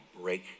break